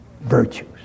virtues